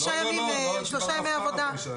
אם אתם מוסיפים עוד יום אחד על שלושה הימים שאני